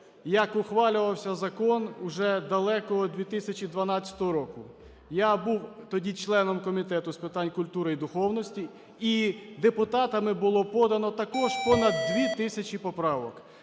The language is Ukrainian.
як ухвалювався закон уже далекого 2012 року. Я був тоді членом Комітету з питань культури і духовності, і депутатами було подано також понад 2 тисячі поправок.